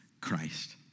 Christ